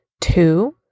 Two